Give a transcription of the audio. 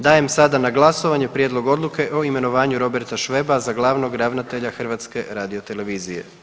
Dajem sada na glasovanje Prijedlog Odluke o imenovanju Roberta Šveba za glavnog ravnatelja HRT-a.